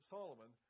Solomon